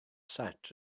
sat